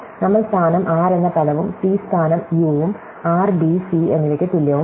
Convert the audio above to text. നമ്മൾ സ്ഥാനം r എന്ന പദവും c സ്ഥാനം u വും r ബി സി എന്നിവയ്ക്ക് തുല്യവുമാണ്